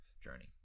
journey –